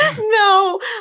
No